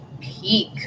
peak